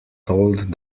told